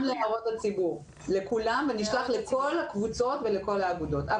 עניין ההערות לציבור נשלח לכל הקבוצות ולכל האגודות.